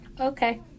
Okay